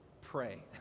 pray